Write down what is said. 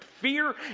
fear